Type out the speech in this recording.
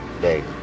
day